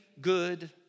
good